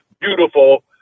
beautiful